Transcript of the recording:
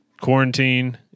quarantine